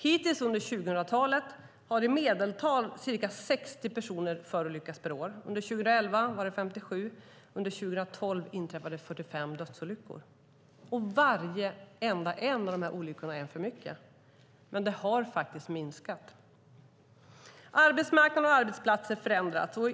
Hittills under 2000-talet har i medeltal ca 60 personer förolyckats per år. Under 2011 var det 57, och under 2012 inträffade 45 dödsolyckor. Varje enda en av de olyckorna är en för mycket. Men det har faktiskt minskat. Arbetsmarknaden och arbetsplatser förändras.